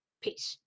Peace